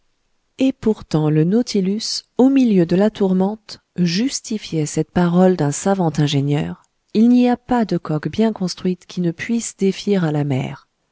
et pourtant le nautilus au milieu de la tourmente justifiait cette parole d'un savant ingénieur il n'y a pas de coque bien construite qui ne puisse défier à la mer